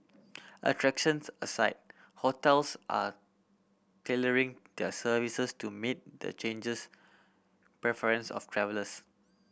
attractions aside hotels are tailoring their services to meet the changes preferences of travellers